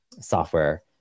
software